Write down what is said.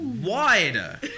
wider